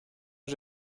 que